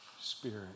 spirit